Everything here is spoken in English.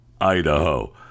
Idaho